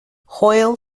hoyle